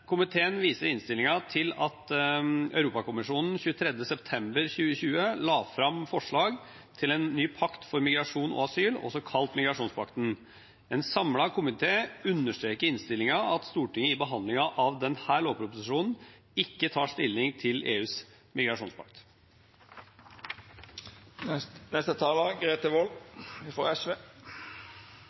Komiteen viser i innstillingen til at Europakommisjonen den 23. september 2020 la fram forslag til en ny pakt for migrasjon og asyl, også kalt migrasjonspakten. En samlet komité understreker i innstillingen at Stortinget i behandlingen av denne lovproposisjonen ikke tar stilling til EUs